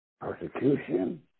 persecution